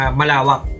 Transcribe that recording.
malawak